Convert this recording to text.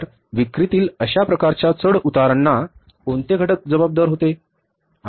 तर विक्रीतील अशा प्रकारच्या चढ उतारांना कोणते घटक जबाबदार होते